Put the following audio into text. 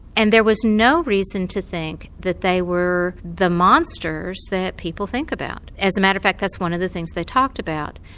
and there was no reason to think that they were the monsters that people think about. as a matter of fact that's one of the things they talked about,